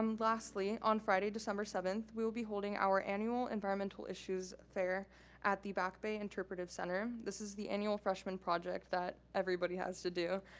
um lastly, on friday, december seventh, we will be holding our annual environmental issues fair at the back bay interpretive center. this is the annual freshman project that everybody has to do,